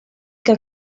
que